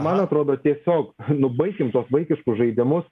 man atrodo tiesiog nu baikim tuos vaikiškus žaidimus